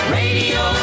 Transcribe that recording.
radio